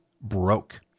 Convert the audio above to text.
Broke